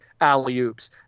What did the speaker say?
Alley-oops